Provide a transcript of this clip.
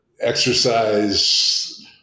exercise